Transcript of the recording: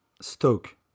Stoke